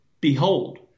Behold